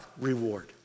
reward